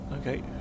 okay